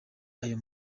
aya